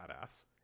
badass